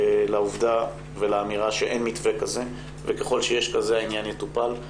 לעובדה ולאמירה שאין מתווה כזה וככל שיש כזה העניין יטופל.